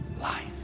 life